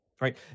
Right